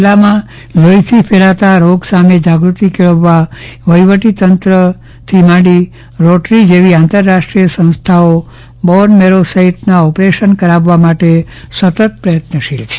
જિલ્લામાં લોહીથી ફેલાતા આ રોગ સાથે જાગૃતિ કેળવવા વહીવટી તંત્રથી લઈ રોટરી જેવી આંતરરાષ્ટ્રીય સંસ્થાઓ બોર્નમેટો સહિતના ઓપરેશન કરાવવા માટે સતત પ્રયત્નશીલ છે